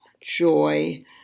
joy